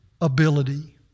ability